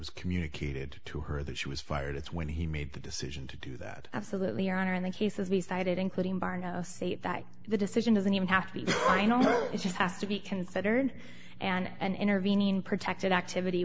was communicated to her that she was fired it's when he made the decision to do that absolutely or in the cases we cited including barno say that the decision doesn't even have to be it just has to be considered and intervening protected activity